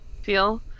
feel